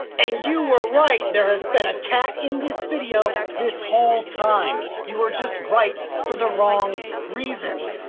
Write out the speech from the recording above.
and you were right. there has been a cat in this video this whole time you were just right for the wrong reasons.